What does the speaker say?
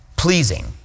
pleasing